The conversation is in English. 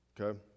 Okay